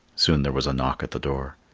soon there was a knock at the door.